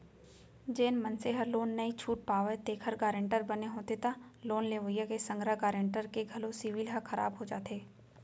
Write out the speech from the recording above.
जेन मनसे ह लोन नइ छूट पावय तेखर गारेंटर बने होथे त लोन लेवइया के संघरा गारेंटर के घलो सिविल ह खराब हो जाथे